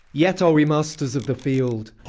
yet are we masters of the field.